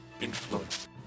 influence